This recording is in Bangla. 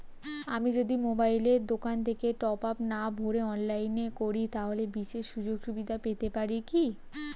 আমি যদি মোবাইলের দোকান থেকে টপআপ না ভরে অনলাইনে করি তাহলে বিশেষ সুযোগসুবিধা পেতে পারি কি?